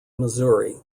missouri